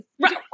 right